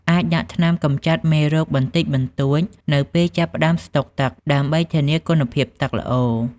អាចដាក់ថ្នាំកម្ចាត់មេរោគបន្តិចបន្តួចនៅពេលចាប់ផ្តើមស្តុកទឹក ដើម្បីធានាគុណភាពទឹកល្អ។